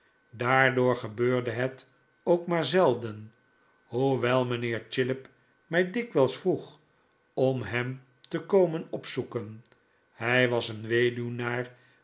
daardoor gebeurde het ook maar zelden hoewel mijnheer chillip mij dikwijls vroeg om hem te komen opzoeken